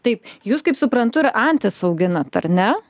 taip jūs kaip suprantu ir antis auginat ar ne